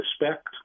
respect